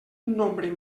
nombre